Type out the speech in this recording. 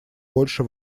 больше